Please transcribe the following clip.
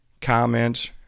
comments